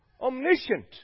omniscient